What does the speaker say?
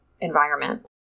environment